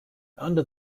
under